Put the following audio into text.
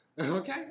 Okay